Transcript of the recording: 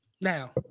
Now